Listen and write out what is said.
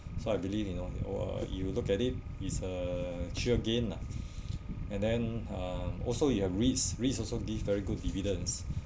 so I believe you know or you look at it is uh sheer gain lah and then uh also you have REITs REITs also give very good dividends